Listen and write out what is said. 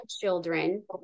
children